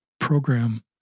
program